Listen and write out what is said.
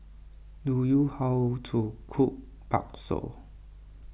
do you how to cook Bakso